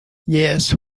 yes